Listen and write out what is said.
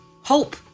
Hope